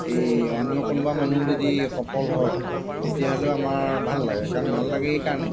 এই অন্য কোনোবা মানুহ যদি সফল হয় তেতিয়াহ'লেও আমাৰ ভাল লাগে কাৰণ ভাল লাগে এইকাৰণে